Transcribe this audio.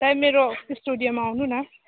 तपाईँ मेरो स्टुडियोमा आउनु न